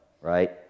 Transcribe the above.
right